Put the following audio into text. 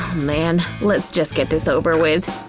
man, let's just get this over with.